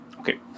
Okay